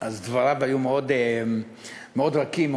אז דבריו היו מאוד מאוד רכים,